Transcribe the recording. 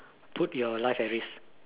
put your life at risk